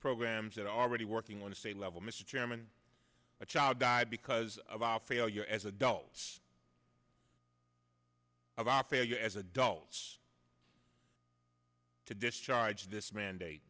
programs that are already working on a state level mr chairman a child die because of our failure as adults of our failure as adults to discharge this mandate